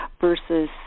versus